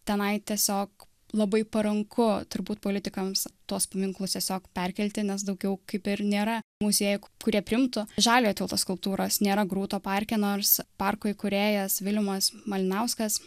tenai tiesiog labai paranku turbūt politikams tuos paminklus tiesiog perkelti nes daugiau kaip ir nėra muziejų kurie priimtų žaliojo tilto skulptūros nėra grūto parke nors parko įkūrėjas vilimas malinauskas